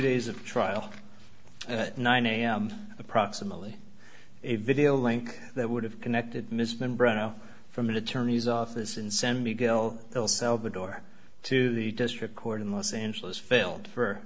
days of trial at nine am approximately a video link that would have connected miss membre now from an attorney's office in san miguel el salvador to the district court in los angeles failed